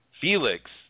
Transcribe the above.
Felix